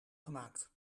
gemaakt